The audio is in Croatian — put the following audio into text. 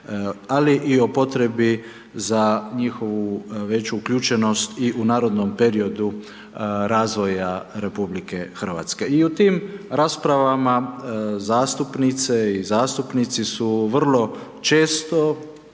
ali i o potrebi za njihovu veću uključenost u narodnom periodu razvoja RH. I u tim raspravama zastupnice i zastupnici su vrlo često